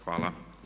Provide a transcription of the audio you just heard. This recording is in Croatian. Hvala.